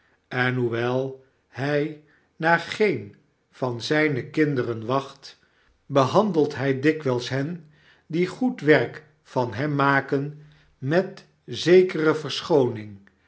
en hoewel hij naar geen van zijne kinderen wacht behandelt hij dikwijls hen die goed werk van hem maken met zekere verschooning